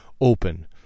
open